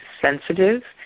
sensitive